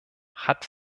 hat